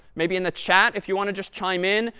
maybe in the chat if you want to just chime in,